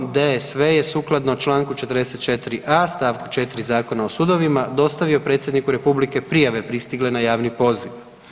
1. DSV je sukladno čl. 44a. st. 4. Zakona o sudovima dostavio predsjedniku republike prijave pristigle na javni poziv.